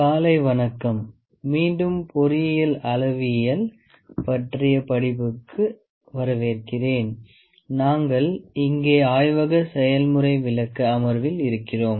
காலை வணக்கம் மீண்டும் பொறியியல் அளவியல் பற்றிய படிப்புக்கு வரவேற்கிறேன் நாங்கள் இங்கே ஆய்வக செயல்முறை விளக்க அமர்வில் இருக்கிறோம்